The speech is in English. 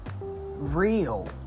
real